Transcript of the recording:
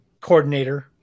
coordinator